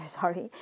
sorry